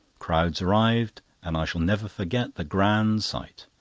crowds arrived, and i shall never forget the grand sight.